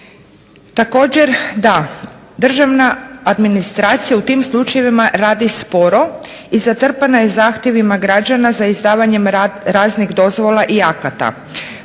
Također da, državna administracija u tim slučajevima radi sporo i zatrpana je zahtjevima građana za izdavanjem raznih dozvola i akata,